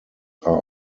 are